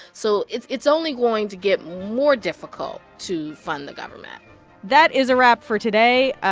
so it's it's only going to get more difficult to fund the government that is a wrap for today.